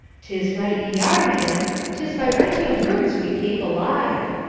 tis right ye are, ma'am tis by renting rooms we kape alive.